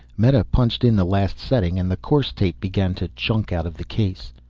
meta punched in the last setting, and the course tape began to chunk out of the case.